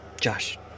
Josh